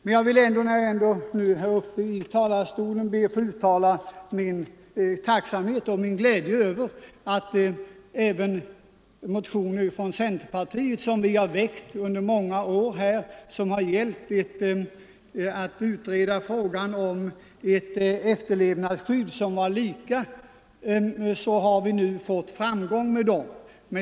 Men jag vill ändå när jag är uppe i talarstolen be att få uttala min tacksamhet och glädje över att även motioner från centerpartiet som vi har väckt under många år — gällande en utredning av frågan om ett efterlevandeskydd lika för alla — vunnit framgång.